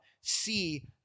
see